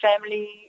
family